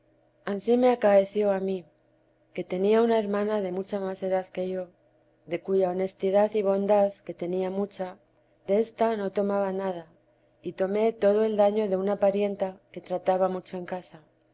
ansí me acaeció a mí que tenía una hermana de mucha más edad que yo de cuya honestidad y bondad que tenía mucha de ésta no tomaba nada y tomé todo el daño de una parienta que trataba mucho en casa